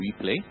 replay